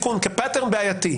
וכדפוס בעייתי.